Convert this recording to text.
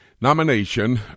Nomination